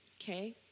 Okay